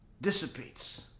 dissipates